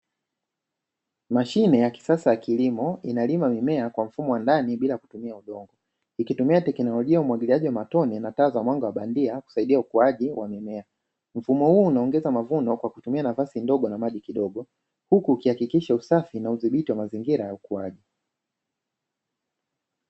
Mashine ya kisasa ya kilimo inalima mimea kwa mfumo wa ndani bila kutumia udongo, ikitumia teknolojia umwagiliaji wa matone na taa za mwanga wa bandia kusaidia ukuaji wa mimea. Mfumo huu unaongeza mavuno kwa kutumia nafasi ndogo na maji kidogo huku ukihakikisha usafi na udhibiti wa mazingira ya ukuaji.